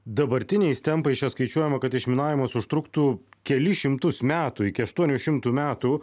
dabartiniais tempais čia skaičiuojama kad išminavimas užtruktų kelis šimtus metų iki aštuonių šimtų metų